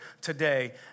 today